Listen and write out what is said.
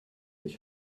ich